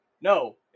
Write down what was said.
No